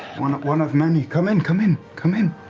one one of many, come in, come in, come in.